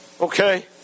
okay